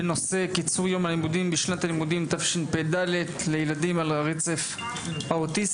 בנושא קיצור יום הלימודים בשנת הלימודים תשפ"ד לילדים על הרצף האוטיסטי.